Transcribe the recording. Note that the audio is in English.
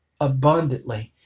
abundantly